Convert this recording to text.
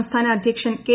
സംസ്ഥാന അധ്യക്ഷൻ കെ